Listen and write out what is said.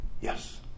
yes